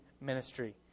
ministry